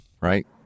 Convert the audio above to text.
right